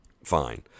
fine